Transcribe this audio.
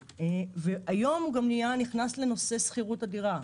והיום הוא גם נכנס לנושא שכירות הדירה.